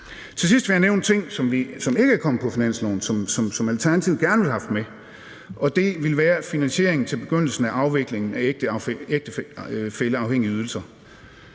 Til sidst vil jeg nævne en ting, som ikke er kommet på finansloven, men som Alternativet gerne ville have haft med, og det er finansiering af begyndelsen af afviklingen af ægtefælleafhængige ydelser.